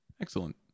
Excellent